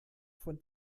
von